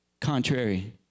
contrary